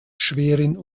schwerin